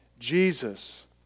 Jesus